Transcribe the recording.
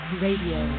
radio